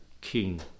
king